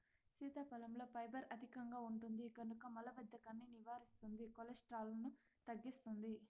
సీతాఫలంలో ఫైబర్ అధికంగా ఉంటుంది కనుక మలబద్ధకాన్ని నివారిస్తుంది, కొలెస్ట్రాల్ను తగ్గిస్తుంది